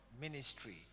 ministry